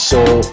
Soul